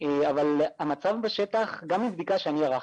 אבל המצב בשטח גם מבדיקה שאני ערכתי,